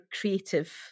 creative